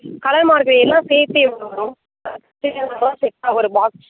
colour marker எல்லாம் சேர்த்து எவ்வளோ வரும் எல்லாம் சேர்த்தா ஒரு பாக்ஸ்